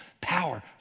power